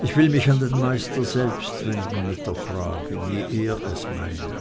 ich will mich an den meister selbst wenden mit der frage wie er es meine